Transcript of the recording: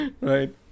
right